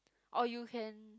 or you can